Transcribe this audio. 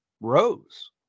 rose